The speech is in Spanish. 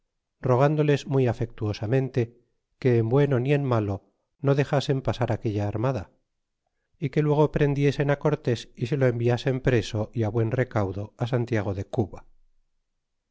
rogándoles muy afectuosamente que en bueno ni en malo no dexasen pasar aquella armada y que luego prendiesen cortés y se lo enviasen preso y buen recaudo á santiago de cuba